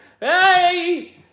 Hey